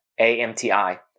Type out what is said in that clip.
amti